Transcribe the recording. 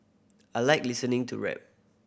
I like listening to rap